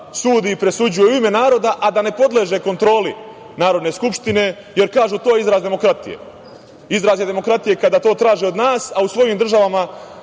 sudi i presuđuje u ime naroda, a da ne podleže kontroli Narodne skupštine, jer, kažu, to je izraz demokratije. Izraz je demokratije kada to traže od nas, a u svojim državama